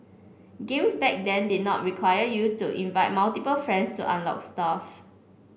games back then did not require you to invite multiple friends to unlock stuff